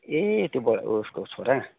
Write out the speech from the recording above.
ए त्यो बडा उसको छोरा